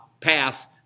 path